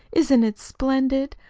isn't it splendid!